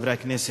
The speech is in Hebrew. חברי הכנסת,